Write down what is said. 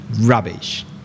Rubbish